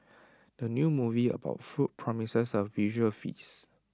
the new movie about food promises A visual feast